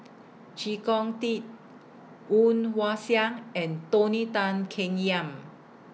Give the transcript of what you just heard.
Chee Kong Tet Woon Wah Siang and Tony Tan Keng Yam